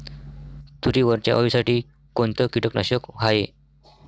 तुरीवरच्या अळीसाठी कोनतं कीटकनाशक हाये?